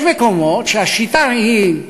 יש מקומות שהשיטה היא,